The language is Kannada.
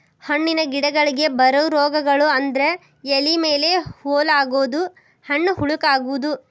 ಹಣ್ಣಿನ ಗಿಡಗಳಿಗೆ ಬರು ರೋಗಗಳು ಅಂದ್ರ ಎಲಿ ಮೇಲೆ ಹೋಲ ಆಗುದು, ಹಣ್ಣ ಹುಳಕ ಅಗುದು